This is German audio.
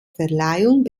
verleihung